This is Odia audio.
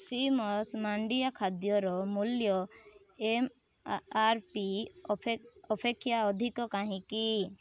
ଶ୍ରୀମଥସ ମାଣ୍ଡିଆ ଖାଦ୍ୟର ମୂଲ୍ୟ ଏମ୍ ଆର୍ ପି ଅପେକ୍ଷା ଅଧିକ କାହିଁକି